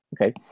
Okay